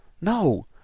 No